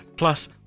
Plus